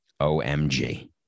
OMG